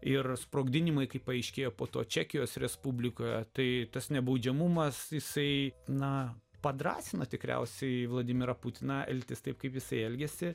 ir sprogdinimai kaip paaiškėjo po to čekijos respublikoje tai tas nebaudžiamumas jisai na padrąsino tikriausiai vladimirą putiną elgtis taip kaip jisai elgiasi